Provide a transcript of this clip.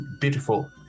beautiful